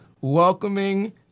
welcoming